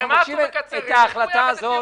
ההחלטה הזאת,